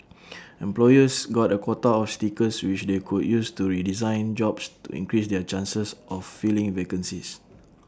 employers got A quota of stickers which they could use to redesign jobs to increase their chances of filling vacancies